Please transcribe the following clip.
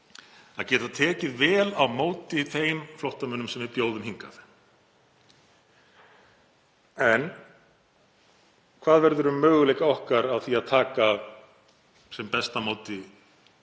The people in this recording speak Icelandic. að geta tekið vel á móti þeim flóttamönnum sem við bjóðum hingað. En hvað verður um möguleika okkar á því að taka sem best á móti